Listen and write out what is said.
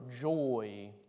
joy